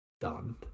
done